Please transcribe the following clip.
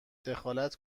دخالت